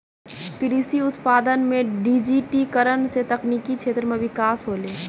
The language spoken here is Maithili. कृषि उत्पादन मे डिजिटिकरण से तकनिकी क्षेत्र मे बिकास होलै